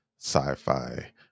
sci-fi